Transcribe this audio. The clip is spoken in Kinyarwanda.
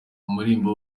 umuririmbyi